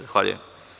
Zahvaljujem.